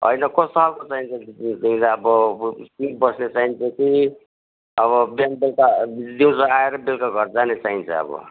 होइन कस्तो खालको चाहिन्छ तिमीलाई अब फिक्स बस्ने चाहिन्छ कि अब बिहान बेलुका दिउँसो आएर बेलुका घर जाने चाहिन्छ अब